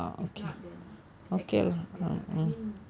if not then secondary five ya I mean